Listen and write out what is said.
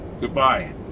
Goodbye